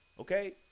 okay